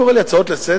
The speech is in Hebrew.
אתה קורא לי הצעות לסדר?